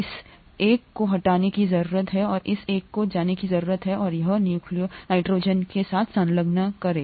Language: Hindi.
इस एक को हटाने की जरूरत है और इस एक को जाने की जरूरत है और यहां नाइट्रोजन के साथ संलग्न करें